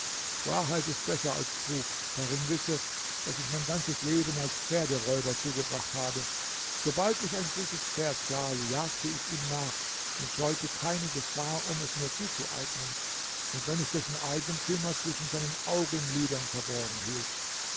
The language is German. wahrheit ist besser als trug darum wisse daß ich mein ganzes leben als pferderäuber zugebracht habe sobald ich ein gutes pferd sah jagte ich ihm nach und scheute keine gefahr um mir es zuzueignen und wenn es dessen eigentümer zwischen seinen augenlidern verborgen hielt